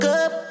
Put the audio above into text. up